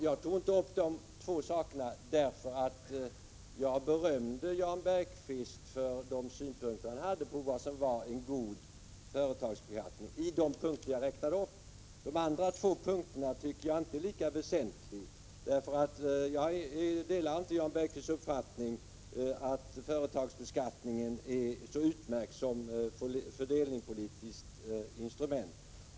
Jag tog inte upp de två sakerna, därför att jag berömde Jan Bergqvist för hans synpunkter på vad som är god företagsbeskattning — i de punkter jag räknade upp. De andra två punkterna tycker jag inte är lika väsentliga. Jag delar inte Jan Bergqvists uppfattning att företagsbeskattningen är så utmärkt som fördelningspolitiskt instrument.